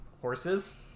horses